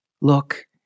Look